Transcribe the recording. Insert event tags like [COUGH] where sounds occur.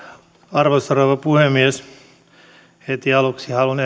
arvoisa rouva puhemies heti aluksi haluan [UNINTELLIGIBLE]